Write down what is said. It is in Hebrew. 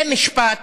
זה משפט